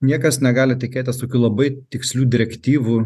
niekas negali tikėtis tokių labai tikslių direktyvų